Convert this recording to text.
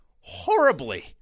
horribly